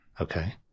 okay